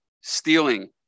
stealing